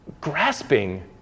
grasping